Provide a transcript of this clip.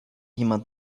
jemand